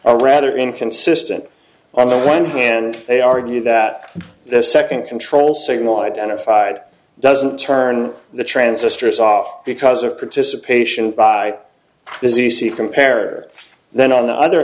a rather inconsistent on the one hand they argue that the second control signal identified doesn't turn the transistors off because of participation by the c c compare then on the other